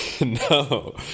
No